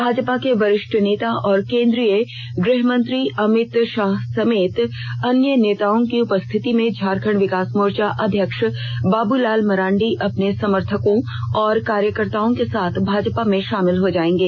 भाजपा के वरिष्ठ नेता और केंद्रीय गृहमंत्री अमित शाह समेत अन्य नेताओं की उपस्थिति में झारखंड विकास मोर्चा अध्यक्ष बाबूलाल मरांडी अपने समर्थकों और कार्यकर्त्ताओं के साथ भाजपा में शामिल हो जाएंगे